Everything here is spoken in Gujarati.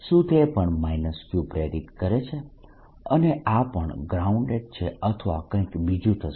શું તે પણ Q પ્રેરિત કરે છે અને આ પણ ગ્રાઉન્ડેડ છે અથવા કંઈક બીજું થશે